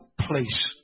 place